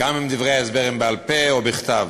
גם אם דברי ההסבר הם בעל-פה או בכתב.